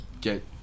get